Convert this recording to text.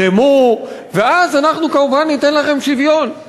תתרמו, ואז אנחנו כמובן ניתן לכם שוויון.